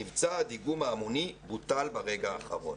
מבצע הדיגום ההמוני בוטל ברגע האחרון".